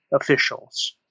officials